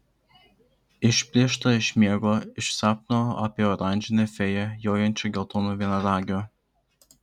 išplėšta iš miego iš sapno apie oranžinę fėją jojančią geltonu vienaragiu